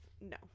no